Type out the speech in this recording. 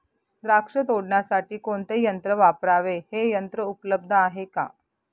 द्राक्ष तोडण्यासाठी कोणते यंत्र वापरावे? हे यंत्र उपलब्ध आहे का?